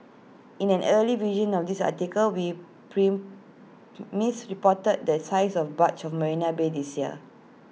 in an early version of this article we prim misreported the size of barge of marina bay this year